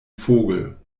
vogel